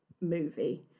movie